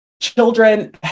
children